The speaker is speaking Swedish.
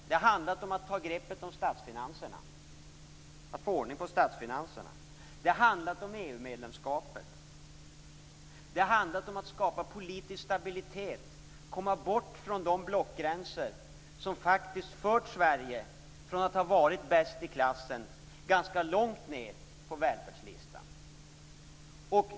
Det har handlat om att få ordning på statsfinanserna, om EU-medlemskapet, om att skapa politisk stabilitet och komma bort från de blockgränser som har fört Sverige från att ha varit bäst i klassen ganska långt ned på välfärdslistan.